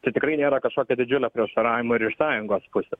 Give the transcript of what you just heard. tai tikrai nėra kažkokio didžiulio prieštaravimo ir iš sąjungos pusės